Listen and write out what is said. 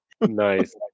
Nice